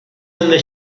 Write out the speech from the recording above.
donde